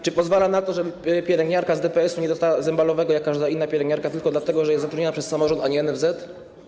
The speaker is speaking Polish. Czy pozwala na to, żeby pielęgniarka z DPS-u nie dostała zembalowego jak każda inna pielęgniarka, tylko dlatego że jest zatrudniona przez samorząd, a nie NFZ?